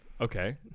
Okay